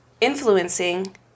influencing